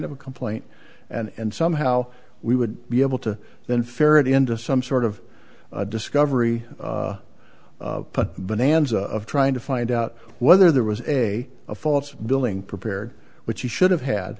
of a complaint and somehow we would be able to then ferret into some sort of discovery bonanza of trying to find out whether there was a a false billing prepared which he should have had